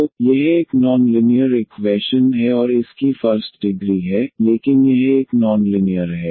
तो यह एक नॉन लिनीयर इक्वैशन है और इसकी फर्स्ट डिग्री है लेकिन यह एक नॉन लिनियर है